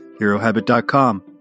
HeroHabit.com